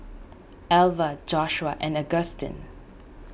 Alver Joshua and Augustine